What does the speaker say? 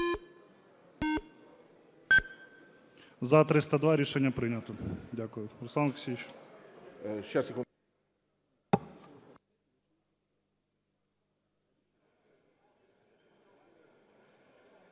За-302 Рішення прийнято. Дякую. Руслан Олексійович.